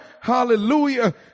hallelujah